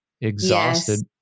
exhausted